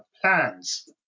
plans